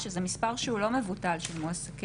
שזה מספר שהוא לא מבוטל של מועסקים.